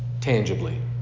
tangibly